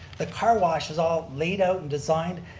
the car wash is all laid out and designed,